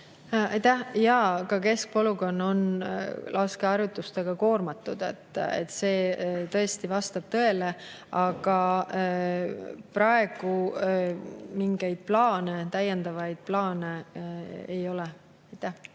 Jaa, ka keskpolügoon on laskeharjutustega koormatud. See tõesti vastab tõele. Aga praegu mingeid täiendavaid plaane ei ole.